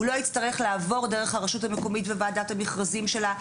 הוא לא יצטרך לעבור דרך הרשות המקומית וועדת המכרזים שלה,